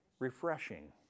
refreshing